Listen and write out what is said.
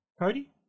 Cody